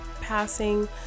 passing